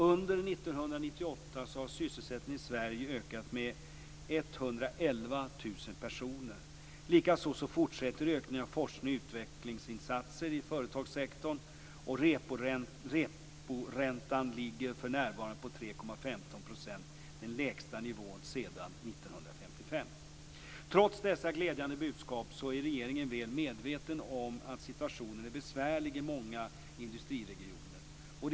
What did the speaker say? Under 1998 har antalet sysselsatta i Sverige ökat med 111 000 personer. Likaså fortsätter ökningen av FoU-insatser i företagssektorn, och reporäntan ligger för närvarande på 3,15 %- den lägsta nivån sedan Trots dessa glädjande budskap är regeringen väl medveten om att situationen är besvärlig i många industriregioner.